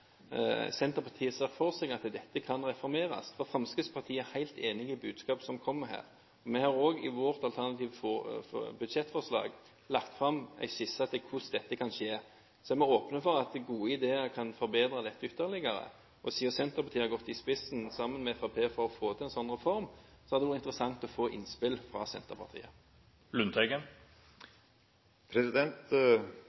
Senterpartiet ser for seg at dette kan reformeres? Fremskrittspartiet er helt enig i budskapet som kommer her. Vi har også i vårt alternative budsjettforslag lagt fram en skisse til hvordan dette kan skje. Så er vi åpne for at gode ideer kan forbedre dette ytterligere. Siden Senterpartiet har gått i spissen, sammen med Fremskrittspartiet, for å få til en sånn reform, hadde det vært interessant å få innspill fra Senterpartiet.